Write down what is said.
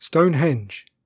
Stonehenge